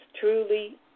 truly